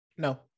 No